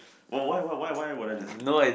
!wah! why why why why would I